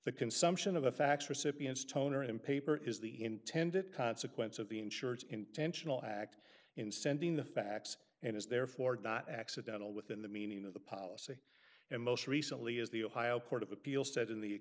the consumption of a fax recipient's toner and paper is the intended consequence of the insurance intentional act in sending the fax and is therefore not accidental within the meaning of the policy and most recently as the ohio court of appeals said in the